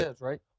right